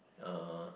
uh